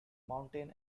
mountain